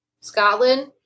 Scotland